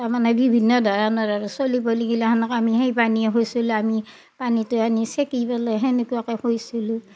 তাৰমানে বিভিন্ন ধৰণৰ আৰু চলি পলিগিলাখানক আমি সেই পানীয়ে খুৱেইছিলোঁ আমি পানীটো আনি চেকি পেলে তেনেকুৱাকে খুৱেইছিলোঁ